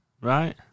Right